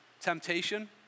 temptation